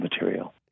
material